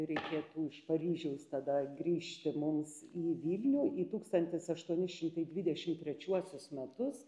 reikėtų iš paryžiaus tada grįžti mums į vilnių į tūkstantis aštuoni šimtai dvidešim trečiuosius metus